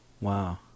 Wow